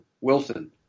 Wilson